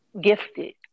gifted